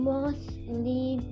mostly